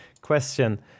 question